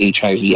HIV